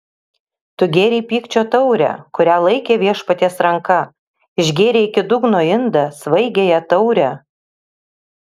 tu gėrei pykčio taurę kurią laikė viešpaties ranka išgėrei iki dugno indą svaigiąją taurę